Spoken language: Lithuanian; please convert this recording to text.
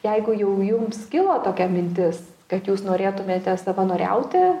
jeigu jau jums kilo tokia mintis kad jūs norėtumėte savanoriauti